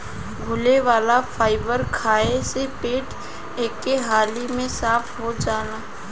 घुले वाला फाइबर खाए से पेट एके हाली में साफ़ हो जाला